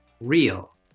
real